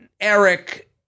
Eric